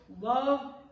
love